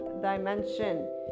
dimension